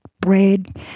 bread